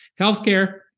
healthcare